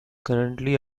currently